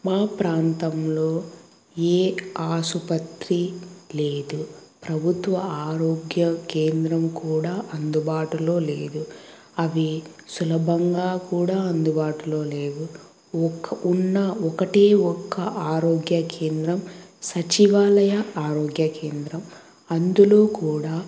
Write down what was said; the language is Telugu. మా ప్రాంతంలో ఏ ఆసుపత్రి లేదు ప్రభుత్వ ఆరోగ్య కేంద్రం కూడా అందుబాటులో లేదు అవి సులభంగా కూడా అందుబాటులో లేదు ఒ ఉన్న ఒకటి ఒక ఆరోగ్య కేంద్రం సచివాలయ ఆరోగ్య కేంద్రం అందులో కూడా